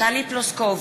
טלי פלוסקוב,